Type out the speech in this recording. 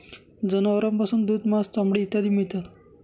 जनावरांपासून दूध, मांस, चामडे इत्यादी मिळतात